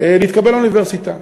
להתקבל לאוניברסיטה.